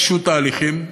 פישוט תהליכים,